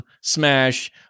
Smash